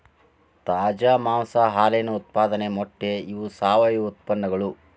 ತಾಜಾ ಮಾಂಸಾ ಹಾಲಿನ ಉತ್ಪಾದನೆ ಮೊಟ್ಟೆ ಇವ ಸಾವಯುವ ಉತ್ಪನ್ನಗಳು